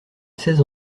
seize